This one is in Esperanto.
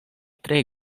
tre